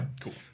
Cool